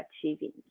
achieving